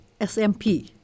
SMP